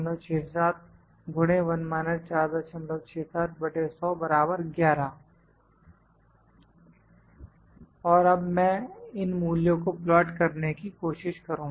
UCL और अब मैं इन मूल्यों को प्लाट करने की कोशिश करुंगा